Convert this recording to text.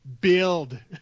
build